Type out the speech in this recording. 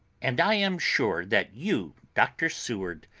and i am sure that you, dr. seward,